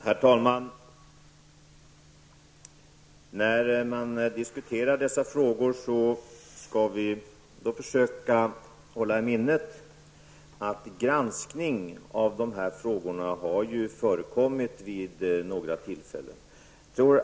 Herr talman! När vi diskuterar dessa frågor skall vi försöka hålla i minnet att det vid några tillfällen har förekommit en granskning av dessa frågor.